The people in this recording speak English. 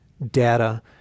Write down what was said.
Data